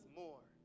more